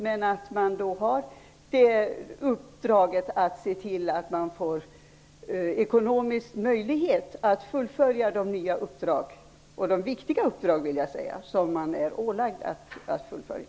Men då får man se till att man får ekonomisk möjlighet att fullfölja de nya och viktiga uppdrag som man är ålagd att fullfölja.